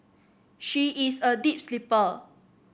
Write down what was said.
she is a deep sleeper